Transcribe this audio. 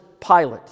Pilate